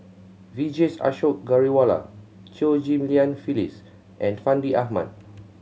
Vijesh Ashok Ghariwala Chew Ghim Lian Phyllis and Fandi Ahmad